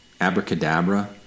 Abracadabra